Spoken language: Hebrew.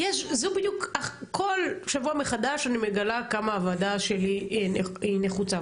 כל שבוע מחדש אני מגלה כמה הוועדה שלי היא נחוצה,